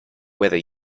weather